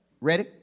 Ready